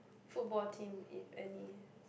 football team if any